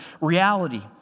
reality